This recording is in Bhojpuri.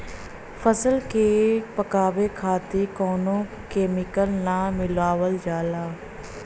फल के पकावे खातिर कउनो केमिकल ना मिलावल जाला